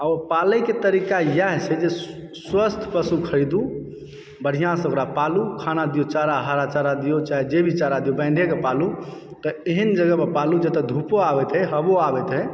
आ ओ पालयके तरीका इएह छै जे स्वस्थ पशु खरीदू बढ़िआँसँ ओकरा पालू खाना दिऔ चारा हरा चारा दिऔ चाहे जे भी चारा दिऔ बान्हिकऽ पालू तऽ एहन जगह पर पालू जतय धूपो आबैत होअ हवो आबैत होअ